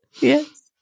Yes